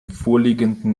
vorliegenden